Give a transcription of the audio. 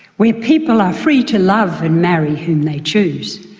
where people are free to love and marry whom they choose.